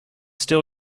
still